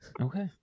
Okay